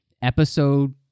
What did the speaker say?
episode